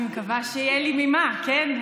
אני מקווה שיהיה לי במה, כן.